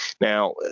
Now